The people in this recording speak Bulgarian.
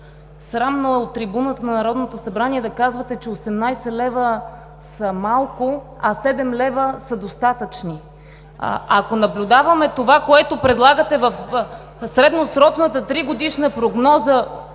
срамно е от трибуната на Народното събрание да казвате, че 18 лв. са малко, а 7 лв. са достатъчни. Ако наблюдаваме това, което предлагате в средносрочната тригодишна прогноза,